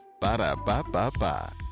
Ba-da-ba-ba-ba